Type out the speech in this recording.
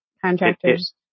contractors